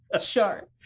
Sure